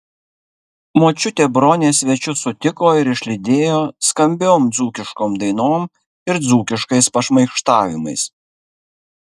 močiutė bronė svečius sutiko ir išlydėjo skambiom dzūkiškom dainom ir dzūkiškais pašmaikštavimais